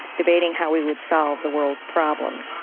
debating how we would solve the world's problems.